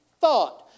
thought